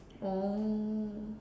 oh